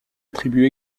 attribue